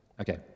okay